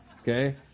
Okay